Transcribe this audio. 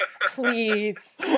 Please